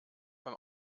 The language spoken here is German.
beim